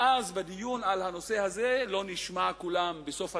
ואז בדיון על הנושא הזה לא נשמע קולם בסוף התהליך,